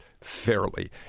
fairly